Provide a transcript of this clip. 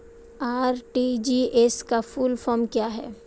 RTGS का full form क्या है?